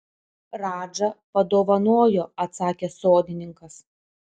radža padovanojo atsakė sodininkas